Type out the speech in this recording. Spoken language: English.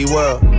World